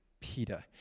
Peter